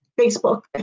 Facebook